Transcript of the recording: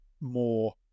more